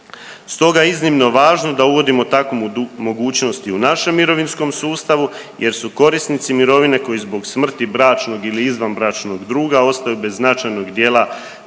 Stoga je iznimno važno da uvodimo takvu mogućnost i u našem mirovinskom sustavu jer su korisnici mirovine koji zbog smrti bračnog ili izvanbračnog duga ostaju bez značajnog dijela